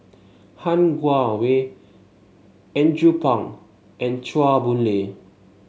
Han Guangwei Andrew Phang and Chua Boon Lay